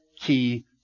key